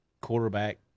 quarterback